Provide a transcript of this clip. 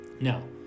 Now